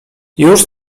już